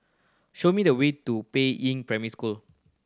show me the way to Peiying Primary School